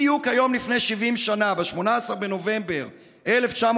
בדיוק היום לפני 70 שנה, ב-18 בנובמבר 1949,